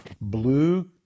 blue